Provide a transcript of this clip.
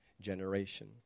generation